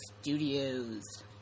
Studios